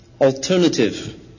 alternative